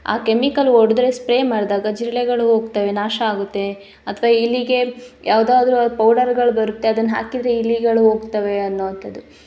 ಆ ಕೆಮಿಕಲ್ ಹೊಡೆದ್ರೆ ಸ್ಪ್ರೇ ಮಾಡಿದಾಗ ಜಿರಳೆಗಳು ಹೋಗ್ತವೆ ನಾಶ ಆಗುತ್ತೆ ಅಥ್ವಾ ಇಲಿಗೆ ಯಾವುದಾದ್ರು ಪೌಡರ್ಗಳು ಬರುತ್ತೆ ಅದನ್ನು ಹಾಕಿದ್ರೆ ಇಲಿಗಳು ಹೋಗ್ತವೆ ಅನ್ನುವಂಥದ್ದು